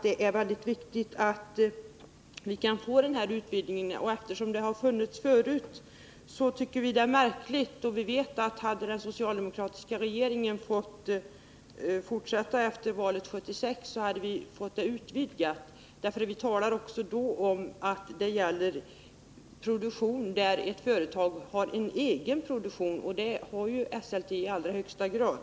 Det har tidigare funnits statlig styrelserepresentation i företaget, och hade den socialdemokratiska regeringen fått fortsätta efter valet 1976 hade den representationen utvidgats. Vi talade också då om att kravet gällde företag som har en egen produktion, och det har Esselte i allra högsta grad.